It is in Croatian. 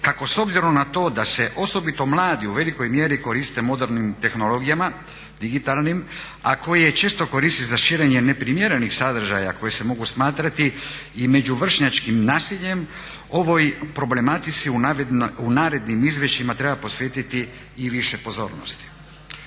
kako s obzirom na to da se osobito mladi u velikoj mjeri koriste modernim tehnologijama digitalnim, a koje često koriste za širenje neprimjerenih sadržaja koji se mogu smatrati i međuvršnjačkim nasiljem ovoj problematici u narednim izvješćima treba posvetiti i više pozornosti.